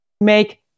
Make